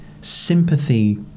sympathy